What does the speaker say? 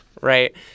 right